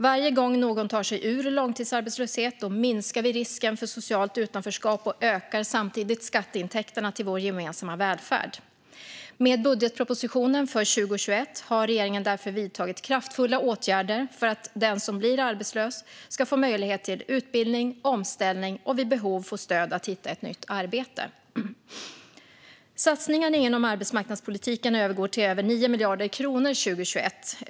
Varje gång någon tar sig ur långtidsarbetslöshet minskar vi risken för socialt utanförskap och ökar samtidigt skatteintäkterna till vår gemensamma välfärd. Med budgetpropositionen för 2021 har regeringen därför vidtagit kraftfulla åtgärder för att den som blir arbetslös ska få möjlighet till utbildning och omställning och vid behov få stöd att hitta ett nytt arbete. Satsningarna inom arbetsmarknadspolitiken uppgår till över 9 miljarder kronor 2021.